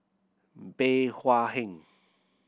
Bey Hua Heng